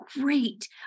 great